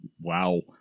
Wow